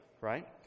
right